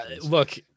Look